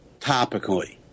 topically